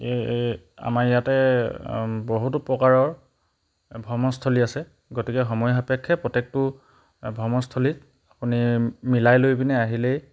এই এই আমাৰ ইয়াতে বহুতো প্ৰকাৰৰ ভ্ৰমণস্থলী আছে গতিকে সময় সাপেক্ষে প্ৰত্যেকটো ভ্ৰমস্থলীত আপুনি মিলাই লৈ পিনে আহিলেই